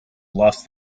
lost